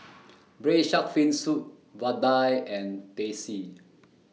Braised Shark Fin Soup Vadai and Teh C